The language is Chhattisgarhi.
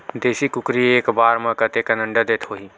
देशी कुकरी एक बार म कतेकन अंडा देत होही?